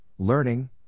learning